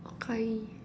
okay